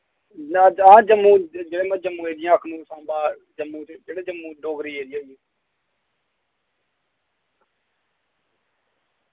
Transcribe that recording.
हां जम्मू जेह्ड़े में जम्मू जि'यां अखनूर साम्बा जम्मू च जेह्ड़े जम्मू डोगरी एरिया होइये